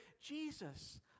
Jesus